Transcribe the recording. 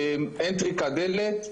אין טריקת דלת,